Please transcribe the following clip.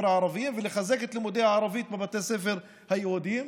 הערביים ולחזק את לימודי הערבית בבתי הספר היהודיים,